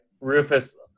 Rufus